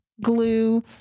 glue